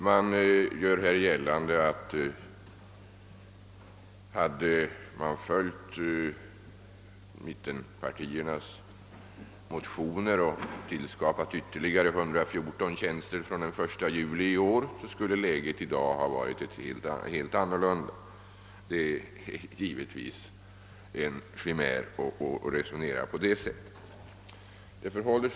Man har här velat göra gällande att om vi hade inrättat ytterligare 114 tjänster från den 1 juli i år — i enlighet med vad som föreslagits i motioner från mittenpartierna — så skulle läget i dag ha varit helt annorlunda. Detta är givetvis en chimär.